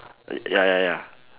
ya ya ya